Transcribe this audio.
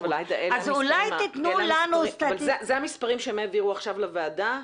זה המספרים שהם העבירו עכשיו לוועדה,